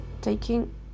taking